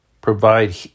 provide